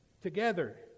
Together